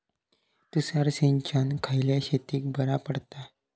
तुषार सिंचन खयल्या शेतीक बरा पडता?